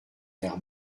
air